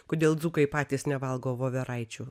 kodėl dzūkai patys nevalgo voveraičių